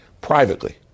privately